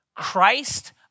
Christ